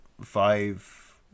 five